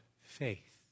Faith